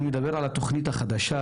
אני מדבר על התוכנית החדשה